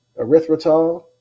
Erythritol